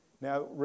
Now